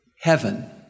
Heaven